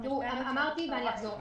אמרתי ואני אחזור,